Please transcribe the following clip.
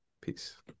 Peace